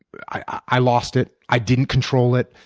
i lost it, i didn't control it,